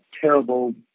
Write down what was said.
terrible